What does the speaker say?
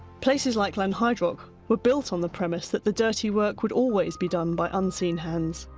places like lanhydrock were built on the premise that the dirty work would always be done by unseen hands.